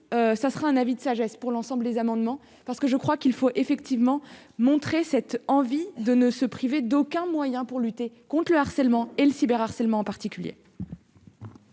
ça sera un avis de sagesse pour l'ensemble des amendements parce que je crois qu'il faut effectivement montré cette envie de ne se priver d'aucun moyen pour lutter contre le harcèlement et le cyber-harcèlement en particulier.